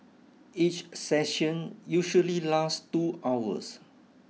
each session usually last two hours